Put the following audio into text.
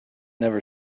never